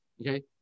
okay